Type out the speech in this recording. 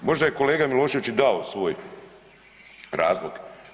Možda je kolega Milošević i dao svoj razlog.